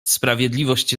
sprawiedliwość